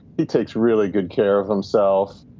he takes really good care of himself.